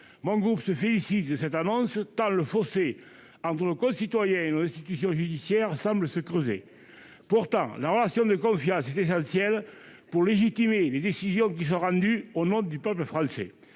Mon groupe se félicite de cette annonce, tant le fossé entre nos concitoyens et nos institutions judiciaires semble se creuser. Pourtant, la relation de confiance est essentielle pour légitimer les décisions qui sont rendues au nom du peuple français.